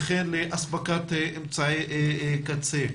וכן אספקת אמצעי קצה?